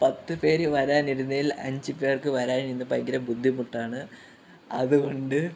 പത്ത് പേര് വരാൻ ഇരുന്നതിൽ അഞ്ച് പേർക്ക് വരാൻ ഇന്ന് ഭയങ്കര ബുദ്ധിമുട്ടാണ് അതുകൊണ്ട്